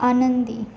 आनंदी